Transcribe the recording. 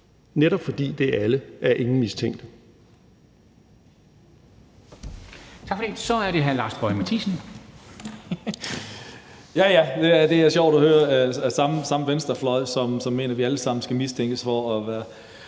Netop fordi det er alle, er ingen mistænkte.